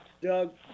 Doug